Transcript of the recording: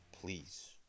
please